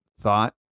thought